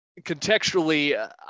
contextually